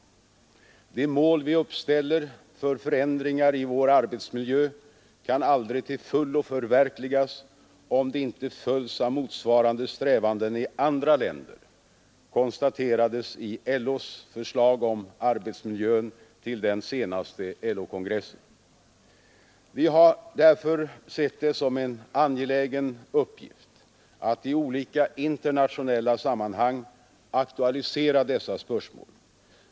De mål vi uppställer för förändringar i vår arbetsmiljö kan aldrig till fullo förverkligas, om de inte följs av motsvarande strävanden i andra länder, konstaterades i LO:s förslag om arbetsmiljön till den senaste LO-kongressen. Vi har därför sett det som en angelägen uppgift att i olika internationella sammanhang aktualisera dessa spörsmål.